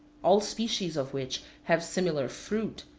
all species of which have similar fruit,